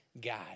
God